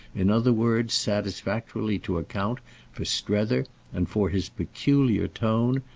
in other words satisfactorily to account for strether and for his peculiar tone,